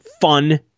fun